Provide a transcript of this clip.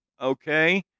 okay